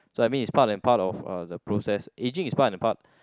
so I mean it's part and part of uh the process aging is part and part